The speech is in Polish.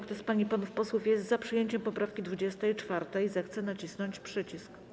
Kto z pań i panów posłów jest za przyjęciem poprawki 24., zechce nacisnąć przycisk.